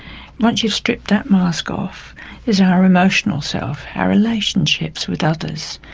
once you've stripped that mask off is our emotional self, our relationships with others,